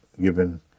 given